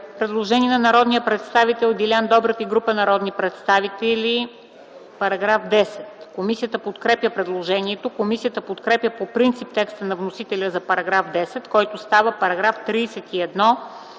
предложение на народния представител Делян Добрев и група народни представители. Комисията подкрепя предложението. Комисията подкрепя по принцип текста на вносителя за § 9, който става § 29,